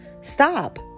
stop